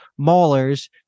Maulers